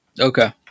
Okay